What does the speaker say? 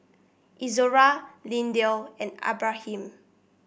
Izora Lindell and Abraham